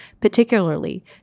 particularly